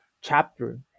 chapter